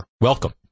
Welcome